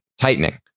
tightening